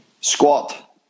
Squat